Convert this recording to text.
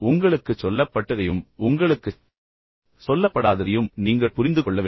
உங்களுக்குச் சொல்லப்பட்டதையும் உங்களுக்குச் சொல்லப்படாததையும் நீங்கள் புரிந்து கொள்ள வேண்டும்